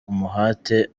umuhate